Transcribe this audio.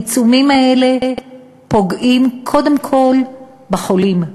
העיצומים האלה פוגעים קודם כול בחולים,